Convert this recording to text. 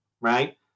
Right